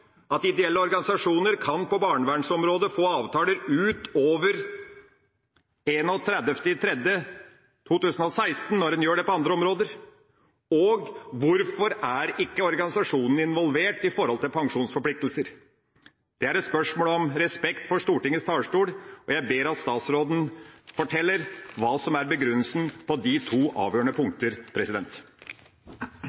at ideelle organisasjoner innen barnevernsområdet kan få avtaler utover 31. mars 2016, når en gjør det på andre områder. Og hvorfor er ikke organisasjonene involvert vedrørende pensjonsforpliktelser? Det er et spørsmål om respekt for Stortingets talerstol, og jeg ber om at statsråden forteller hva som er begrunnelsen på disse to avgjørende